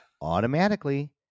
automatically—